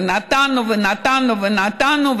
ונתנו ונתנו ונתנו.